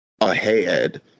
ahead